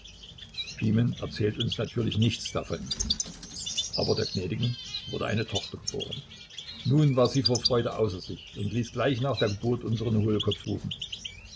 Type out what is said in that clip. pimen erzählte uns natürlich davon nichts aber der gnädigen wurde eine tochter geboren nun war sie vor freude außer sich und ließ gleich nach der geburt unseren hohlkopf rufen